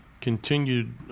continued